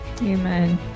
Amen